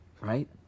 right